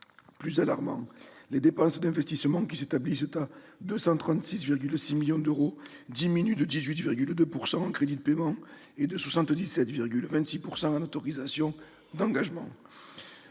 Plus alarmant, les dépenses d'investissement, qui s'établissent à 236,6 millions d'euros, diminuent de 18,2 % en crédits de paiement et de 77,26 % en autorisations d'engagement.